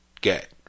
get